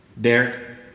Derek